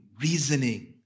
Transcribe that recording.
reasoning